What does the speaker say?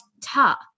ta